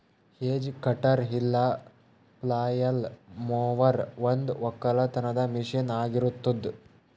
hedge cutter ಇಲ್ಲ flail mower ಒಂದು ಒಕ್ಕಲತನದ ಮಷೀನ್ ಆಗಿರತ್ತುದ್